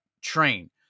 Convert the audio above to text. train